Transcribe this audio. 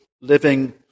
living